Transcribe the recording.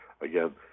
Again